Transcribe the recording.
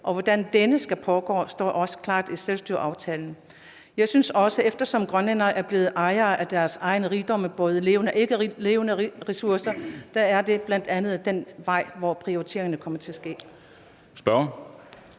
og hvordan denne skal pågå, står også klart i selvstyreaftalen. Jeg mener også, at det, eftersom grønlænderne er blevet ejere af deres egne rigdomme, både af levende og ikkelevende ressourcer, bl.a. er ad den vej, prioriteringerne kommer til at ske. Kl.